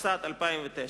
התשס"ט 2009,